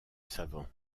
savant